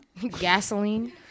Gasoline